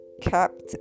kept